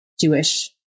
Jewish